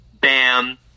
Bam